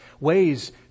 ways